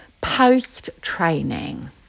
Post-training